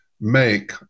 make